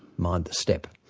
mind the step.